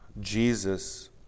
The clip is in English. Jesus